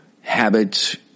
habits